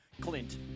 Clint